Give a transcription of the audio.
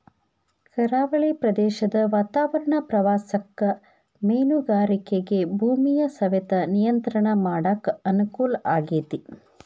ಕರಾವಳಿ ಪ್ರದೇಶದ ವಾತಾವರಣ ಪ್ರವಾಸಕ್ಕ ಮೇನುಗಾರಿಕೆಗ ಭೂಮಿಯ ಸವೆತ ನಿಯಂತ್ರಣ ಮಾಡಕ್ ಅನುಕೂಲ ಆಗೇತಿ